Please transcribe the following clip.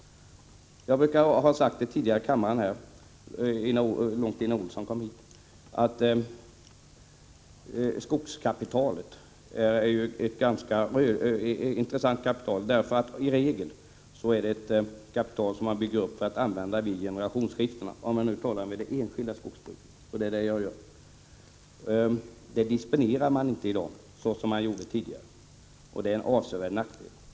Jag har sagt det tidigare här i kammaren, långt innan herr Olsson kom hit, att skogskapitalet är ett intressant kapital. I regel är det ett kapital som byggs upp för att användas vid generationsskiften, och då talar jag om det enskilda skogsbruket. Detta kapital disponerar man i dag inte som tidigare, och det är en avsevärd nackdel.